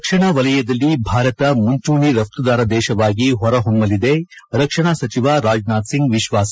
ರಕ್ಷಣಾ ವಲಯದಲ್ಲಿ ಭಾರತ ಮುಂಚೂಣಿ ರಫ್ತುದಾರ ದೇಶವಾಗಿ ಹೊರಹೊಮ್ಮಲಿದೆ ರಕ್ಷಣಾ ಸಚಿವ ರಾಜನಾಥ್ ಸಿಂಗ್ ವಿಶ್ವಾಸ